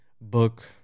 book